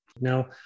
Now